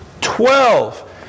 Twelve